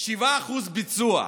7% ביצוע.